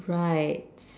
right